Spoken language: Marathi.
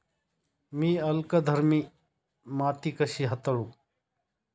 मी अल्कधर्मी माती कशी हाताळू?